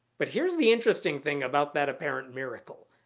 but here's the interesting thing about that apparent miracle.